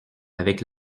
avec